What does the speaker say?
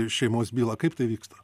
šeimos byla kaip tai vyksta